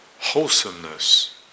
wholesomeness